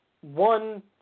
one